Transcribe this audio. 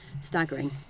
staggering